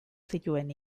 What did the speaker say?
zituen